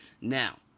Now